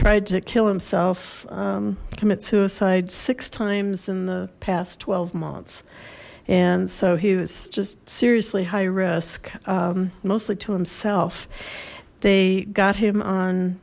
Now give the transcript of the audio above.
tried to kill himself commit suicide six times in the past twelve months and so he was just seriously high risk mostly to himself they got him on